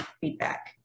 feedback